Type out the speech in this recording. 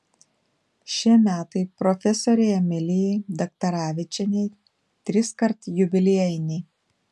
šie metai profesorei emilijai daktaravičienei triskart jubiliejiniai